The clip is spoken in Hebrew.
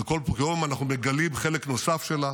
וכל יום אנחנו מגלים חלק נוסף שלה.